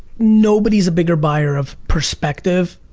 nobody's a bigger buyer of perspective,